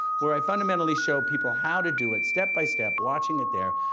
where i fundamentally show people how to do it step-by-step, watching it there.